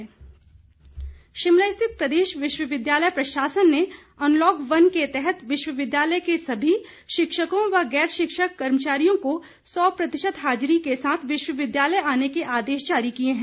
विश्वविद्यालय शिमला स्थित प्रदेश विश्वविद्यालय प्रशासन ने अनलॉक वन के तहत विश्वविद्यालय के सभी शिक्षकों व गैर शिक्षक कर्मचारियों को सौ प्रतिशत हाजरी के साथ विश्वविद्यालय आने के आदेश जारी किए है